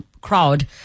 crowd